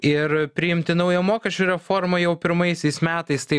ir priimti naują mokesčių reformą jau pirmaisiais metais tai